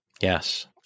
Yes